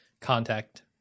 contact